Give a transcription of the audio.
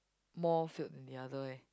more filled than the other eh